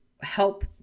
help